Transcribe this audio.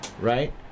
Right